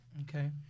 Okay